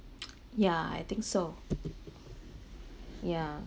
yeah I think so ya